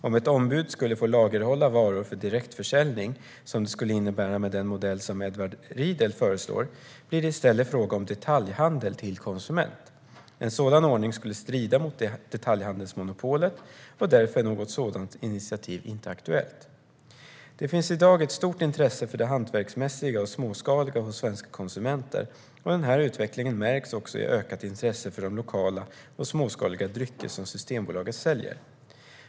Om ett ombud skulle få lagerhålla varor för direktförsäljning, som det skulle innebära med den modell som Edward Riedl föreslår, blir det i stället fråga om detaljhandel till konsument. En sådan ordning skulle strida mot detaljhandelsmonopolet, och därför är något sådant initiativ inte aktuellt. Det finns i dag ett stort intresse för det hantverksmässiga och småskaliga hos svenska konsumenter. Den här utvecklingen märks också i ökat intresse för de lokala och småskaliga drycker som Systembolaget säljer.